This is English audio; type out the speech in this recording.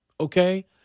Okay